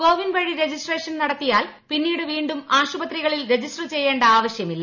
കോവിൻ വഴി രജിസ്ട്രേഷൻ നടത്തിയാൽ പിന്നീട് വീണ്ടും ആശുപത്രികളിൽ രജിസ്റ്റർ ചെയ്യേണ്ട ആവശ്യമില്ല